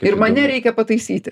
ir mane reikia pataisyti